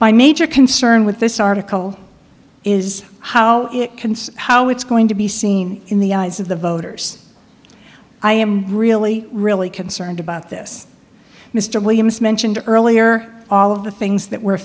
my major concern with this article is how it can see how it's going to be seen in the eyes of the voters i am really really concerned about this mr williams mentioned earlier all of the things that we're